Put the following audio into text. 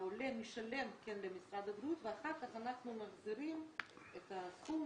העולה משלם למשרד הבריאות ואחר כך אנחנו מחזירים את הסכום,